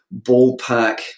ballpark